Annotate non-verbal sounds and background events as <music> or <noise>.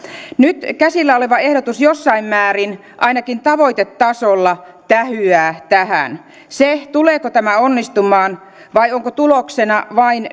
nyt käsillä oleva ehdotus jossain määrin ainakin tavoitetasolla tähyää tähän se tuleeko tämä onnistumaan vai onko tuloksena vain <unintelligible>